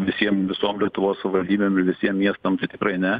visiem visom lietuvos savaldybėm ir visiem miestam tai tikrai ne